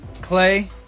Clay